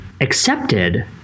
accepted